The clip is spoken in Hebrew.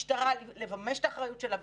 אין משטרה -- מה החוק שלך בדיוק,